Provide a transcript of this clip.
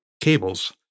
cables